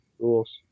rules